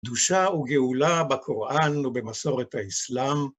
קדושה וגאולה בקוראן ובמסורת האסלאם.